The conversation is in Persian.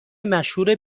مشهور